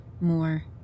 more